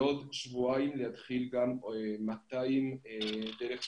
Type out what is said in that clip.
בעוד שבועיים יתחילו 200 דרך 'תגלית'.